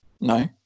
No